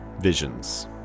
visions